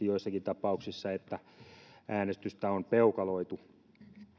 joissakin tapauksissa että äänestystä on peukaloitu